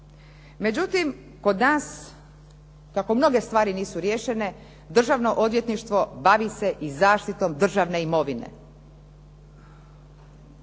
Međutim, kod nas kako mnoge stvari nisu riješene Državno odvjetništvo bavi se i zaštitom državne imovine.